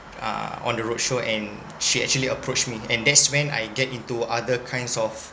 uh on the roadshow and she actually approached me and that's when I get into other kinds of